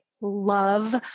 love